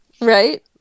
right